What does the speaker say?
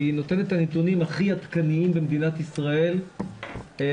היא נותנת את הנתונים הכי עדכניים במדינת ישראל ונותנת